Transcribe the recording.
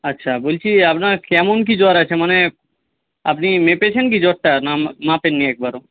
আচ্ছা বলছি আপনার কেমন কী জ্বর আছে মানে আপনি মেপেছেন কি জ্বরটা না মাপেননি একবারও